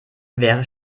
wäre